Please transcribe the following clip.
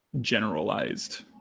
generalized